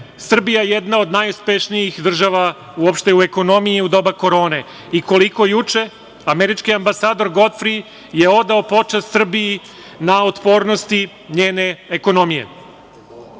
Srbija jedna od najuspešnijih država uopšte u ekonomiji u doba korone i koliko juče, američki ambasador Godfri, je odao počast Srbiji, na otpornosti njene ekonomije.O